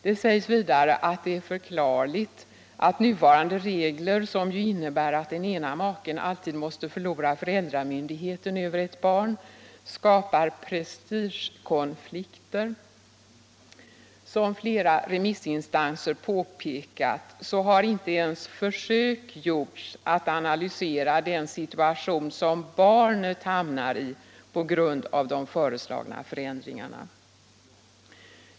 Det sägs vidare att det är förklarligt att nuvarande regler, som ju innebär att den ena maken alltid måste förlora föräldramyndigheten över ett barn, skapar prestigekonflikter. Som flera remissinstanser påpekat har inte ens försök gjorts att analysera den situation som barnet hamnar i på grund av de föreslagna förändringarna.